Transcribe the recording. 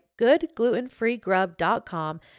goodglutenfreegrub.com